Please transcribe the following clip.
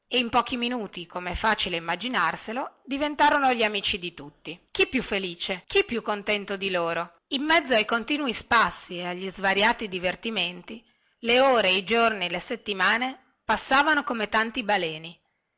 e in pochi minuti come è facile immaginarselo diventarono gli amici di tutti chi più felice chi più contento di loro in mezzo ai continui spassi e agli svariati divertimenti le ore i giorni le settimane passavano come tanti baleni